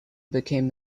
became